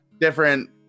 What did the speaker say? different